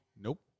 Nope